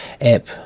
app